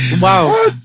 Wow